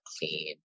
clean